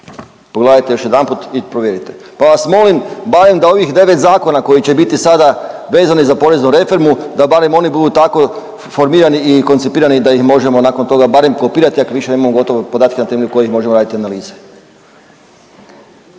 pogledajte još jedanput i provjerite, pa vas molim barem da ovih 9 zakona koji će biti sada vezani za poreznu reformu da barem oni budu tako formirani i koncipirani da ih možemo nakon toga barem kopirati ako .../Govornik se ne razumije/…gotove podatke na temelju kojih možemo raditi analize.